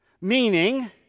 meaning